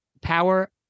power